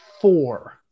Four